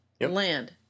land